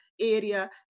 area